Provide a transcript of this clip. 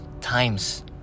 times